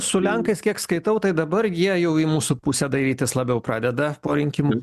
su lenkais kiek skaitau tai dabar jie jau į mūsų pusę dairytis labiau pradeda po rinkimų